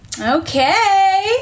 Okay